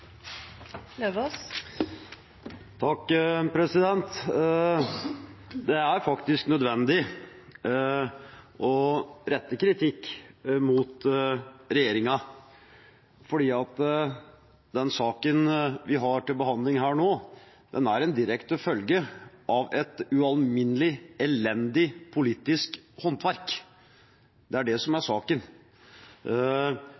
faktisk nødvendig å rette kritikk mot regjeringen, fordi den saken vi har til behandling her nå, er en direkte følge av et ualminnelig elendig politisk håndverk. Det er det som er